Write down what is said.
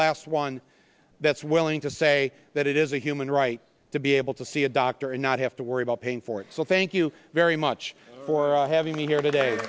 last one that's willing to say that it is a human right to be able to see a doctor and not have to worry about paying for it so thank you very much for having me here today